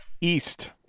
east